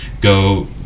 Go